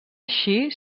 així